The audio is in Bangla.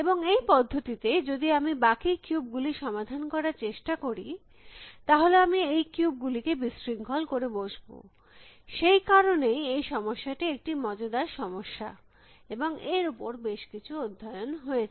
এবং এই পদ্ধতিতে যদি আমি বাকি কিউব গুলি সমাধান করার চেষ্টা করি তাহলে আমি এই কিউব গুলিকে বিশৃঙ্খল করে বসব সেই কারণেই এই সমস্যাটি একটি মজাদার সমস্যা এবং এর উপর বেশ কিছু অধ্যয়ন হয়েছে